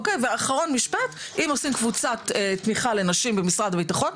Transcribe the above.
אם עושים קבוצת תמיכה לנשים במשרד הביטחון,